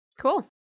Cool